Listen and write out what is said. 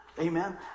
Amen